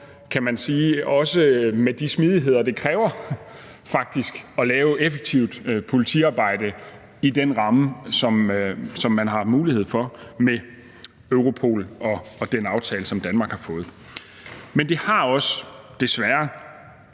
kan man sige, også med de smidigheder, det kræver, faktisk at lave effektivt politiarbejde i den ramme, som man har mulighed for med Europol, og den aftale, som Danmark har fået. Men det har desværre